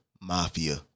Mafia